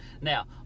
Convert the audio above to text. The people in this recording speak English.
Now